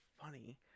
funny